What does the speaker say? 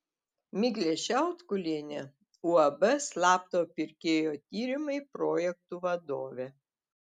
miglė šiautkulienė uab slapto pirkėjo tyrimai projektų vadovė